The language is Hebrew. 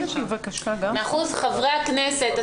חברי הכנסת,